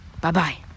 Bye-bye